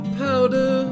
powder